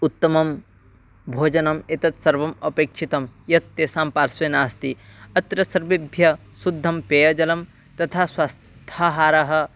उत्तमं भोजनम् एतत् सर्वम् अपेक्षितं यत् तेषां पार्श्वे नास्ति अत्र सर्वेभ्यः शुद्धं पेयजलं तथा स्वस्थाहारः